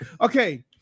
Okay